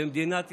למדינת ישראל.